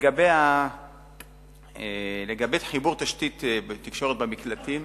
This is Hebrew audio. לגבי חיבור תשתית תקשורת במקלטים,